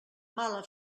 mala